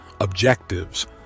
objectives